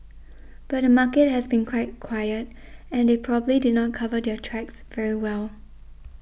but the market has been quite quiet and they probably did not cover their tracks very well